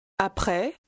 Après